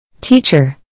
Teacher